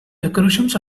decorations